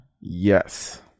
yes